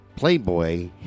Playboy